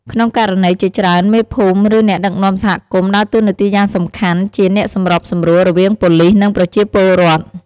ក្នុងករណីជាច្រើន មេភូមិ ឬអ្នកដឹកនាំសហគមន៍ ដើរតួនាទីយ៉ាងសំខាន់ជា អ្នកសម្របសម្រួល រវាងប៉ូលិស និងប្រជាពលរដ្ឋ។